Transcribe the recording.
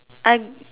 I